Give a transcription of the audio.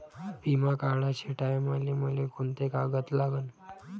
बिमा काढाचे टायमाले मले कोंते कागद लागन?